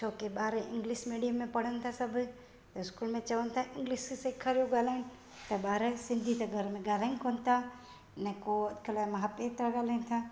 छो की ॿार इंग्लिश मीडियम में पढ़नि था सभु या इस्कूल में चवनि तां इंग्लिश सेखारियो ॻाल्हाइनि त ॿार सिंधी त घर में ॻाल्हाइनि कोन्ह था न को अॼुकल्ह माउ पीउ सां ॻाल्हाइनि था